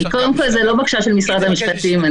קודם כול, זה לא בקשה של משרד המשפטים.